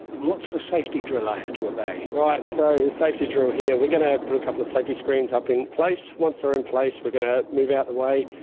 what's the safety drill i have to obey? right, so the safety drill here, we're going to put a couple of safety screens up in place, once they're in place we're going to move the way.